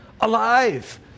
Alive